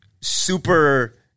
super